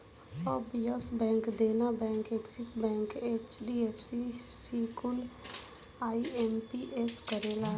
अब Yes Bank, Dena Bank, Axis Bank, HDFC कुल IMPS करेला